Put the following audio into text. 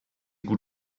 gut